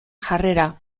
jarrera